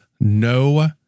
no